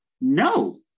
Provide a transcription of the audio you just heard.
No